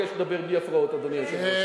טוב, אני מבקש לדבר בלי הפרעות, אדוני היושב-ראש.